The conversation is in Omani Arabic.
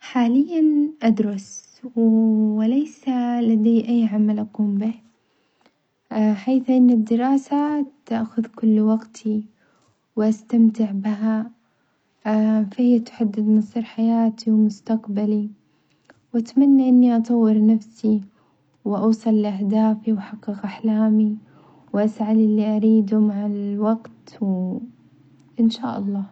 حاليًا أدرس وليس لدي أي عمل أقوم به، حيث أن الدراسة تأخذ كل وقتي وأستمتع بها فهي تحدد مصير حياتي ومستقبلي، وأتمنى إني أطور نفسي وأوصل لأهدافي وأحقق أحلامي وأسعى للي أريده مع الوقت و إن شاء الله.